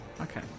Okay